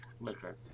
liquor